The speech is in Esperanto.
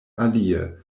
alie